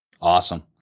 Awesome